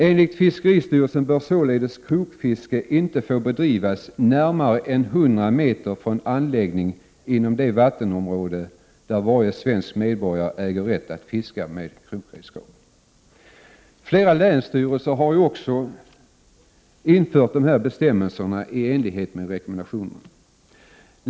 Enligt fiskeristyrelsen bör således krokfiske inte få bedrivas närmare än 100 meter från anläggning inom de vattenområden där varje svensk medborgare äger rätt att fiska med krokredskap. Flera länsstyrelser har infört bestämmelser i enlighet med rekommendationen.